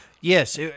yes